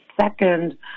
second